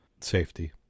safety